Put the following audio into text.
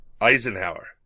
Eisenhower